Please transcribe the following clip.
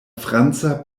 franca